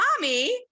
mommy